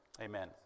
Amen